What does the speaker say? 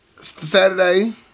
Saturday